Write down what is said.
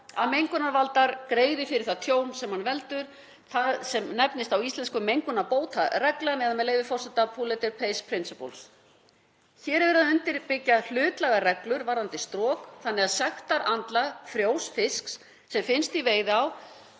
að mengunarvaldur greiði fyrir það tjón sem hann veldur, það sem nefnist á íslensku mengunarbótareglan eða, með leyfi forseta, „polluter pays principle“. Hér er verið að undirbyggja hlutlægar reglur varðandi strok þannig að sektarandlag frjós fisks sem finnst í veiðiá